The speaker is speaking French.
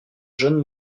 jeunes